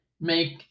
make